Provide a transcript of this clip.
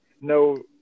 no